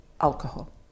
alcohol